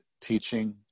Teaching